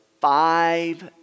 five